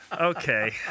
Okay